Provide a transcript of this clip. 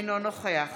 אינו נוכח